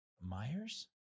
Myers